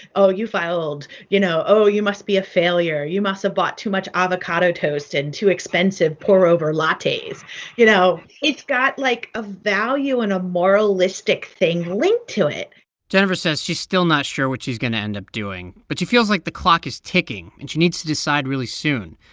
oh, you filed? you know, oh, you must be a failure. you must have bought too much avocado toast and too expensive pour-over lattes. you know, it's got, like, a value and a moralistic thing linked to it jennifer says she's still not sure what she's going to end up doing, but she feels like the clock is ticking, and she needs to decide really soon.